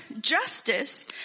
justice